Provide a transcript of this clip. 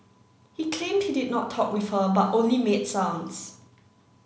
he claimed he did not talk with her but only made sounds